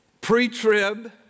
pre-trib